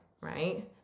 right